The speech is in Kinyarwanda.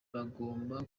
bagomba